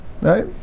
right